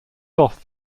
off